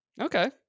Okay